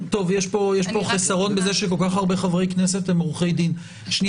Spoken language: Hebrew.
יש פה חיסרון בזה שכל כך הרבה חברי כנסת הם עורכי דין...